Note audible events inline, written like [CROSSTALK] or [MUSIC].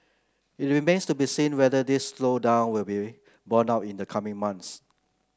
it remains to be seen whether this slowdown will be [UNINTELLIGIBLE] borne out in the coming months